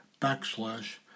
backslash